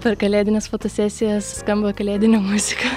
per kalėdines fotosesijas skamba kalėdinė muzika